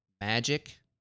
Magic